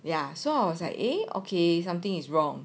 ya so I was like eh okay something is wrong